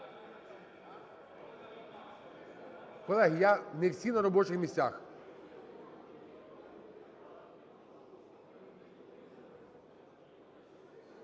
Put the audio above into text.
Колеги, я… Не всі на робочих місцях.